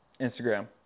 Instagram